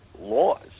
laws